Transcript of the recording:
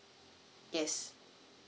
yes